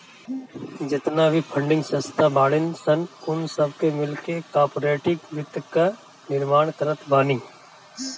जेतना भी फंडिंग संस्था बाड़ीन सन उ सब मिलके कार्पोरेट वित्त कअ निर्माण करत बानी